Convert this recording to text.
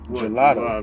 gelato